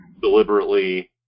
deliberately